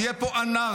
תהיה פה אנרכיה.